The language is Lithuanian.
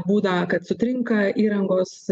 būna kad sutrinka įrangos